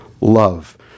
love